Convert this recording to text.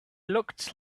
looked